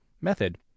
Method